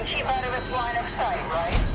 of its line of sight, right?